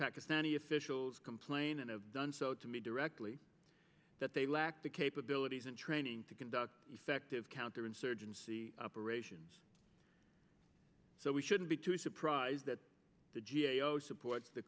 pakistani officials complain and have done so to me directly that they lack the capabilities and training to conduct effective counterinsurgency operations so we shouldn't be too surprised that the g a o support the